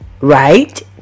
right